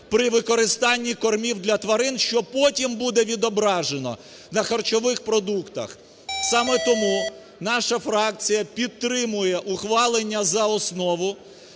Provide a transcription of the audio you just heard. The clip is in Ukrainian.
при використанні кормів для тварин, що потім буде відображено на харчових продуктах. Саме тому наша фракція підтримує ухвалення за основу